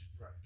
Right